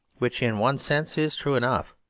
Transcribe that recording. which, in one sense, is true enough.